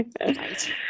right